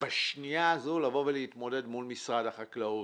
בשנייה הזו לבוא ולהתמודד מול משרד החקלאות.